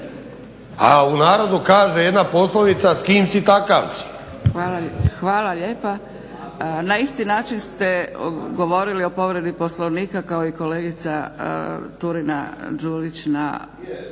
a u narodu kaže jedna poslovica: "S kim si takav si." **Zgrebec, Dragica (SDP)** Hvala lijepa. Na isti način ste govorili o povredi Poslovnika kao i kolegica Turina Đurić na